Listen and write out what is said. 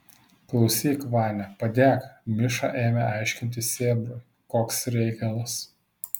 klausyk vania padėk miša ėmė aiškinti sėbrui koks reikalas